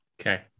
Okay